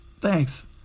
Thanks